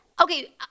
Okay